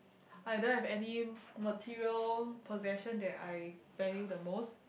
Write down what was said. I don't have any material possession that I value the most